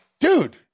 Dude